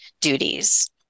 duties